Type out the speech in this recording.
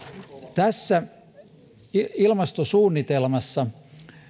tässä ilmastosuunnitelmassa